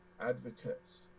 advocates